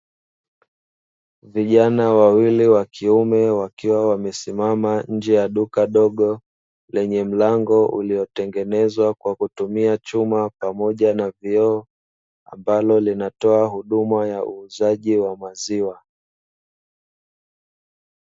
Vijana wawili wakiume wakiwa wamesimama nje ya duka dogo, lenye mlango uliotengenezwa kwa kutumia chuma pamoja na vioo, ambalo linatoa huduma ya uuzaji wa maziwa.